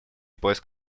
поиск